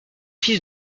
fils